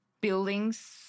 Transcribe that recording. Buildings